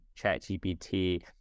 ChatGPT